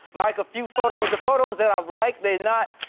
like a few photos, the photos that i've liked, they're not,